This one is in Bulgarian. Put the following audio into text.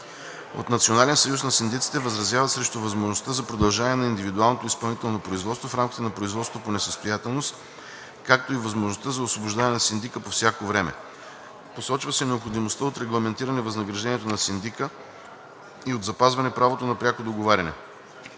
От „Национален съюз на синдиците“ възразяват срещу възможността за продължаване на индивидуалното изпълнително производство в рамките на производството по несъстоятелност, както и възможността за освобождаване на синдика по всяко време. Посочва се необходимостта от регламентиране възнаграждението на синдика и от запазване правото на пряко договаряне.